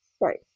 Right